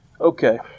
Okay